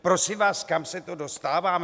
Prosím vás, kam se to dostáváme?